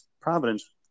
Providence